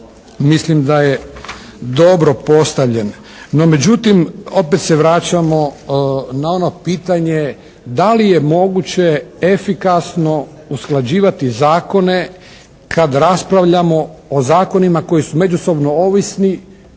mislim da je dobro postavljen. No međutim, opet se vraćamo na ono pitanje da li je moguće efikasno usklađivati zakone kad raspravljamo o zakonima koji su međusobno ovisni